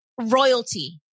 Royalty